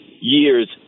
years